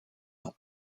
ans